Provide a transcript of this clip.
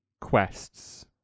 quests